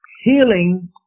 healing